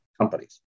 companies